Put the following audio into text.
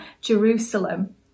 Jerusalem